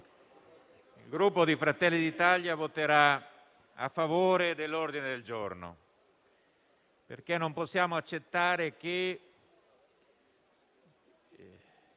il Gruppo Fratelli d'Italia voterà a favore degli ordini del giorno, perché non possiamo accettare che